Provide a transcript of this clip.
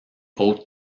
hautes